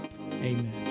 Amen